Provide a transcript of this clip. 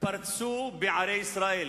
פרצו בערי ישראל.